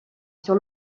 sur